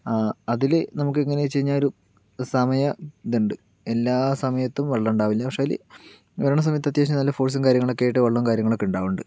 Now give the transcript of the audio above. ആ അതില് നമുക്കെങ്ങനെന്ന് വെച്ച് കഴിഞ്ഞാ ഒരു സമയ ഇത്ണ്ട് എല്ലാ സമയത്തും വെള്ളം ഇണ്ടാവില്ല പക്ഷേ അയില് വരണ സമയത്ത് അത്യാവശ്യം നല്ല ഫോഴ്സും കാര്യങ്ങളും ഒക്കെ ആയിട്ട് വെള്ളോം കാര്യങ്ങളും ഒക്കെ ഉണ്ടാവാറുണ്ട്